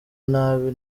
nabi